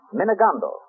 Minagondo